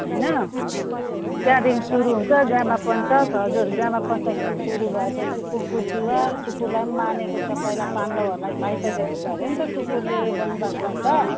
होइन त्यहाँदेखि सुरु हुन्छ यमपञ्चक हजुर यमपञ्चकदेखि सुरु भए पछि कुकुर तिहार कुकुरलाई मानेको छ पहिला पाण्डवहरूलाई सहायता दिएको छ अरे नि त कुकुरले वन बास लाग्दा